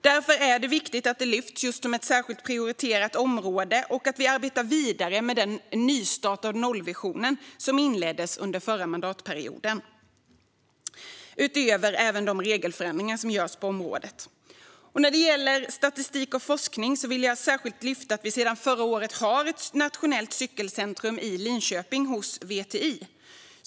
Därför är det viktigt att det lyfts upp som ett särskilt prioriterat område och att vi utöver de regelförändringar som görs på området arbetar vidare med den nystart av nollvisionen som inleddes förra mandatperioden. När det gäller statistik och forskning vill jag särskilt lyfta fram att vi sedan förra året har ett nationellt cykelcentrum i Linköping hos VTI.